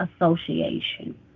association